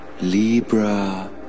Libra